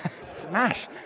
Smash